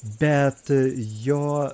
bet jo